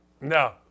no